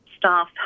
Staff